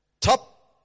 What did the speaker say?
top